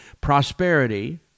Prosperity